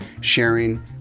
Sharing